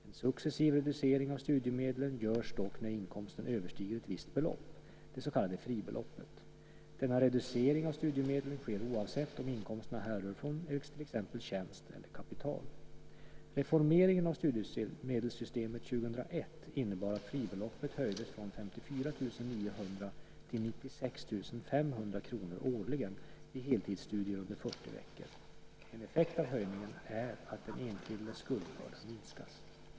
En successiv reducering av studiemedlen görs dock när inkomsten överstiger ett visst belopp, det så kallade fribeloppet. Denna reducering av studiemedlen sker oavsett om inkomsten härrör från till exempel tjänst eller kapital. Reformeringen av studiemedelssystemet 2001 innebar att fribeloppet höjdes från 54 900 till 96 500 kr årligen vid heltidsstudier under 40 veckor. En effekt av höjningen är att den enskildes skuldbörda minskas.